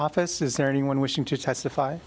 office is there anyone wishing to testify